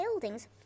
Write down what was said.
buildings